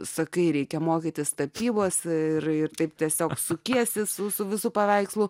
sakai reikia mokytis tapybos ir taip tiesiog sukiesi su visu paveikslu